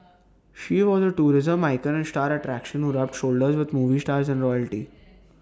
she was A tourism icon and star attraction who rubbed shoulders with movie stars and royalty